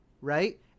Right